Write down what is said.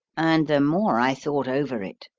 and the more i thought over it,